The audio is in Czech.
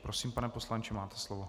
Prosím, pane poslanče, máte slovo.